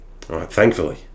Thankfully